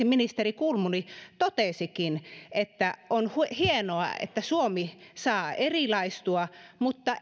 ministeri kulmuni totesikin on hienoa että suomi saa erilaistua mutta